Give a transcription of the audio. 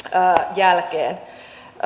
jälkeen